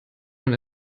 man